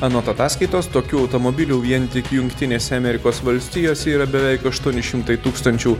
anot ataskaitos tokių automobilių vien tik jungtinėse amerikos valstijose yra beveik aštuoni šimtai tūkstančių